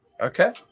Okay